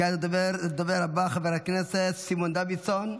הדובר הבא, חבר הכנסת סימון דוידסון,